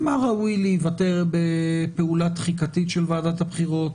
מה ראוי להיוותר בפעולה תחיקתית של ועדת הבחירות